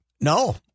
No